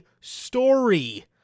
story